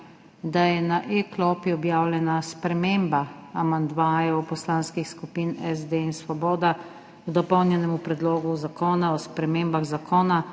da je na e-klopi objavljena sprememba amandmajev poslanskih skupin SD in Svoboda k dopolnjenemu Predlogu zakona o spremembi Zakona